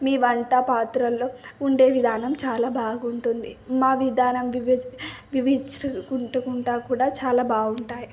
మీ వంట పాత్రల్లో ఉండే విధానం చాలా బాగుంటుంది మా విధానం వివిచుకుంటుకుంట చాలా బాగుంటాయి